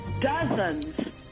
dozens